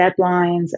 deadlines